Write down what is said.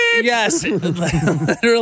Yes